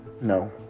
No